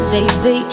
Baby